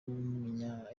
w’umunya